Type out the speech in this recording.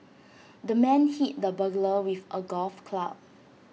the man hit the burglar with A golf club